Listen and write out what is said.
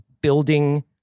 building